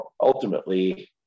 ultimately